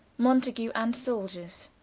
mountague, and soldiers.